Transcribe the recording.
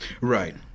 Right